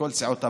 מכל סיעות הבית.